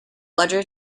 ledger